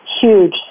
huge